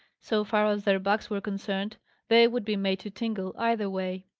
so far as their backs were concerned they would be made to tingle, either way.